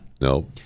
No